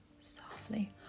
softly